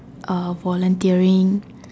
uh volunteering